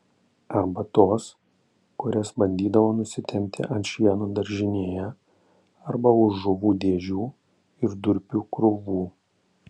arba tos kurias bandydavo nusitempti ant šieno daržinėje arba už žuvų dėžių ir durpių krūvų